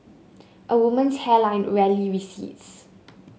a woman's hairline rarely recedes